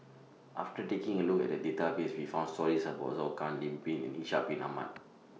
after taking A Look At The Database We found stories about Zhou Can Lim Pin and Ishak Bin Ahmad